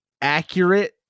accurate